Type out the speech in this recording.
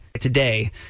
Today